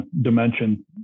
dimension